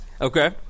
Okay